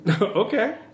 Okay